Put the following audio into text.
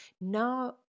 Now